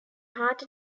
heart